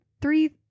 three